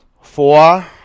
Four